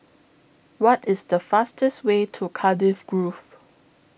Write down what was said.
What IS The fastest Way to Cardiff Grove